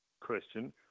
question